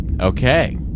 Okay